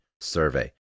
survey